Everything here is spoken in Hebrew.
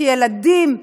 כי ילדים,